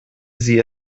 sie